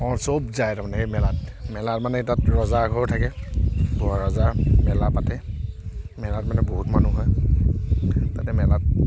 চব যায় তাৰমানে সেই মেলাত মেলা মানে তাত ৰজাঘৰ থাকে গোভা ৰজা মেলা পাতে মেলাত মানে বহুত মানুহ হয় তাতে মেলাত